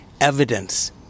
evidence